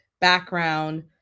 background